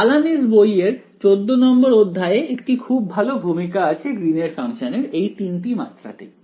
বালানিস বইয়ের 14 নম্বর অধ্যায় এ একটি খুব ভালো ভূমিকা আছে গ্রিনের ফাংশানের এই তিনটি মাত্রাতেই